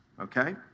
Okay